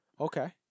Okay